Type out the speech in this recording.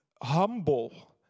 humble